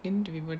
introvert